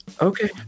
Okay